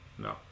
No